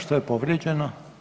Što je povrijeđeno?